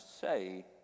say